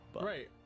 Right